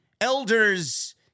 elders